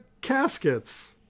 caskets